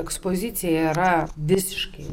ekspozicija yra visiškai